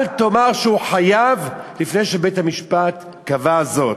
אל תאמר שהוא חייב לפני שבית-המשפט קבע זאת.